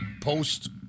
post